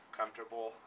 comfortable